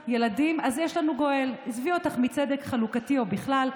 ילדים / אז יש לנו גואל / עזבי אותך מצדק / חלוקתי או בכלל,